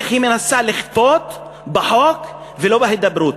איך היא מנסה לכפות בחוק ולא בהידברות,